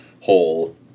whole